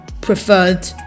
preferred